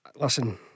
listen